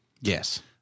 Yes